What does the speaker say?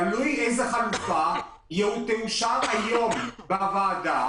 תלוי איזו חלופה תאושר היום בוועדה.